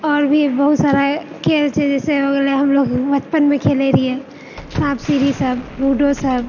आओर भी बहुत सारा खेल छै जैसे हो गेलै हमलोग बचपनमे खेलै रहियै साँप सीढ़ी सभ लूडो सभ